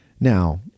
Now